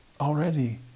already